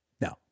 no